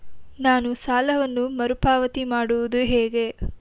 ನಾನು ಸಾಲವನ್ನು ಮರುಪಾವತಿ ಮಾಡುವುದು ಹೇಗೆ?